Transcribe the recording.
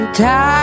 time